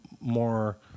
more